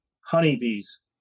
Honeybees